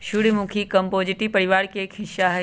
सूर्यमुखी कंपोजीटी परिवार के एक हिस्सा हई